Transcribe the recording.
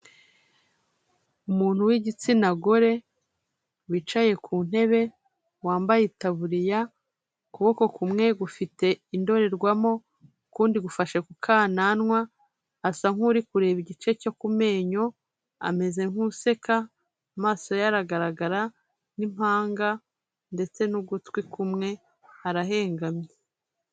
Umuntu w'igitsina gore wicaye ku ntebe, wambaye itaburiya, ukuboko kumwe gufite indorerwamo, ukundi gufashe kukananwa, asa nk'uri kureba igice cyo ku menyo, ameze nk'useka, amaso ye aragaragara n'impanga ndetse n'ugutwi kumwe ararahengamye.